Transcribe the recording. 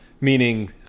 Meaning